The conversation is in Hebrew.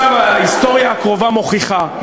ההיסטוריה הקרובה מוכיחה,